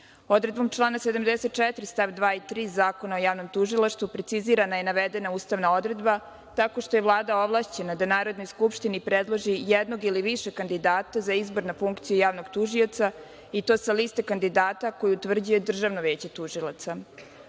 funkciju. Odredbom člana 74. stav 2. i 3. Zakona o javnom tužilaštvu precizirana je i navedena ustavna odredba, tako što je Vlada ovlašćena da Narodnoj skupštini predloži jednog ili više kandidata za izbor na funkciju javnog tužioca i to sa liste kandidata koji utvrđuje Državno veće tužilaca. Upravo